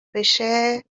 بشه